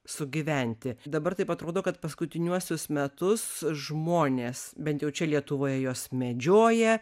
sugyventi dabar taip atrodo kad paskutiniuosius metus žmonės bent jau čia lietuvoje juos medžioja